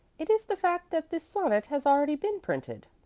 it is the fact that this sonnet has already been printed.